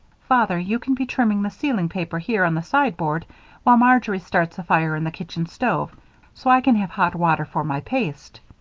father, you can be trimming the ceiling paper here on the sideboard while marjory starts a fire in the kitchen stove so i can have hot water for my paste.